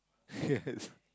yes